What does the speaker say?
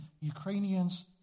Ukrainians